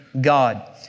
God